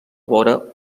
vora